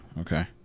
okay